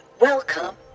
welcome